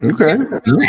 Okay